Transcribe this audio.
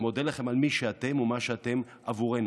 מודה לכם על מי שאתם ומה שאתם עבורנו.